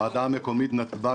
הוועדה המקומית נתב"ג,